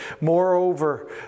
moreover